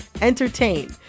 entertain